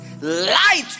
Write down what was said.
Light